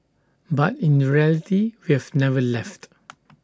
but in reality we've never left